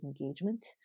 engagement